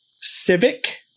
Civic